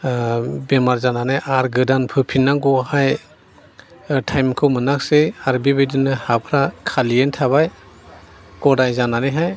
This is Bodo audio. बेमार जानानै आरो गोदान फोफिननांगौआहाय टाइमखौ मोनाखिसै आरो बेबादिनो हाफ्रा खालियैनो थाबाय गदाय जानानैहाय